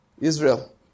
Israel